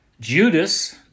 Judas